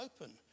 open